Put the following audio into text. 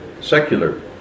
secular